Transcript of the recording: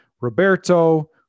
Roberto